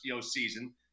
season